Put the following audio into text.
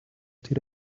тэр